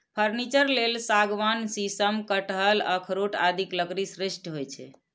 furniture लेल सागवान, शीशम, कटहल, अखरोट आदिक लकड़ी श्रेष्ठ होइ छै